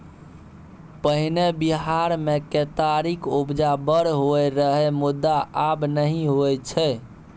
पहिने बिहार मे केतारीक उपजा बड़ होइ रहय मुदा आब नहि होइ छै